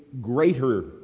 greater